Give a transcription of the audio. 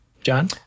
John